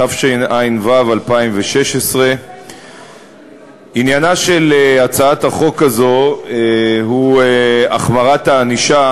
התשע"ו 2016. עניינה של הצעת החוק הזאת הוא החמרת הענישה